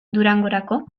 durangorako